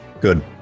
Good